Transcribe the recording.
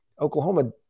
Oklahoma